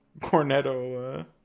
Cornetto